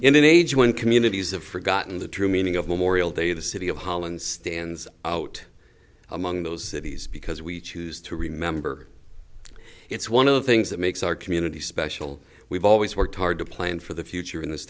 in an age when communities have forgotten the true meaning of memorial day the city of holland stands out among those cities because we choose to remember it's one of the things that makes our community special we've always worked hard to plan for the future in this